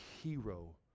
hero